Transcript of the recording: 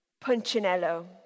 Punchinello